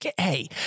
Hey